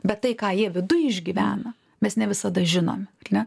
bet tai ką jie viduj išgyvena mes ne visada žinom ar ne